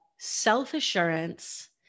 self-assurance